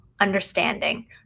understanding